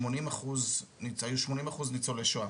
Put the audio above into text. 80 אחוז ניצולי שואה,